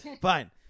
Fine